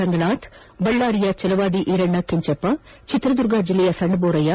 ರಂಗನಾಥ್ ಬಳ್ಳಾರಿಯ ಚಲವಾದಿ ಈರಣ್ಣ ಕೆಂಚಪ್ಪ ಚಿತ್ರದುರ್ಗ ಜಿಲ್ಲೆಯ ಸಣ್ಣಬೋರಯ್ಕ